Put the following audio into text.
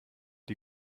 die